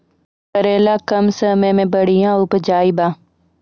करेला कम समय मे बढ़िया उपजाई बा?